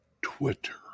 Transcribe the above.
Twitter